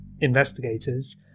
investigators